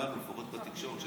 הבנו לפחות בתקשורת,